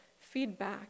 feedback